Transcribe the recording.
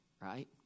right